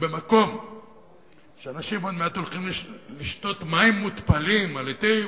ובמקום שאנשים עוד מעט הולכים לשתות מים מותפלים על-ידי